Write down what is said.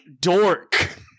dork